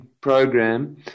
program